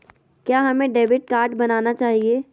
क्या हमें debit card बनाना चाहिए?